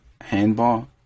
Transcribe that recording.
Handball